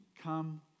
come